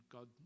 God